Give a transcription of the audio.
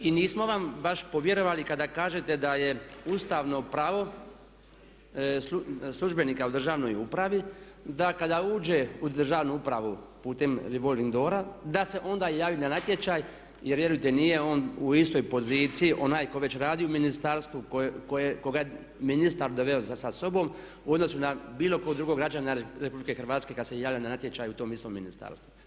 I nismo vam baš povjerovali kada kažete da je ustavno pravo službenika u državnoj upravi da kada uđe u državnu upravu putem revolving doora da se onda javi na natječaj jer vjerujte nije on u istoj poziciji onaj tko već radi u ministarstvu, kojeg je ministar doveo sa sobom u odnosu na bilo kog drugog građanina Republike Hrvatske kad se javlja na natječaj u tom istom ministarstvu.